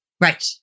Right